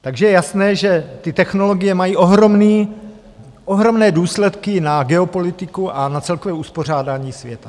Takže je jasné, že ty technologie mají ohromné důsledky na geopolitiku a na celkové uspořádání světa.